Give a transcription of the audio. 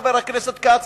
חבר הכנסת כץ,